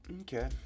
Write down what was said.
okay